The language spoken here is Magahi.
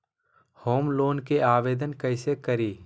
होम लोन के आवेदन कैसे करि?